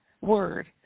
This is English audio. word